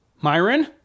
Myron